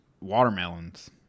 watermelons